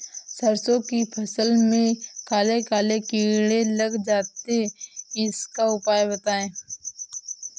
सरसो की फसल में काले काले कीड़े लग जाते इसका उपाय बताएं?